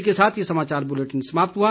इसी के साथ ये समाचार बुलेटिन समाप्त हुआ